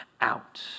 out